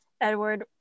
Edward